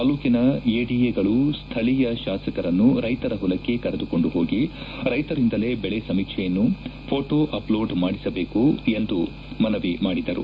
ತಾಲೂಕಿನ ಎಡಿಎಗಳು ಸ್ವಳೀಯ ಶಾಸಕರನ್ನು ರೈತರ ಹೊಲಕ್ಷೆ ಕರೆದುಕೊಂಡು ಹೋಗಿ ರೈತರಿಂದಲೇ ಬೆಳೆ ಸಮೀಕ್ಷೆಗೆ ಪೋಟೋ ಅಪ್ಲೋಡ್ ಮಾಡಿಸಬೇಕು ಎಂದು ಅವರು ಮನವಿ ಮಾಡಿದರು